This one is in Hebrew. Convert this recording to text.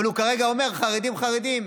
אבל הוא כרגע אומר: חרדים, חרדים.